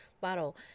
bottle